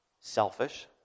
Selfish